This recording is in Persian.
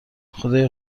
خدایا